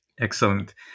Excellent